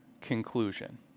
conclusion